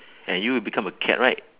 and you will become a cat right